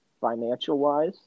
financial-wise